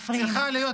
את מפריעה לנו להקשיב.